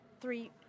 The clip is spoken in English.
three